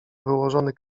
wyłożony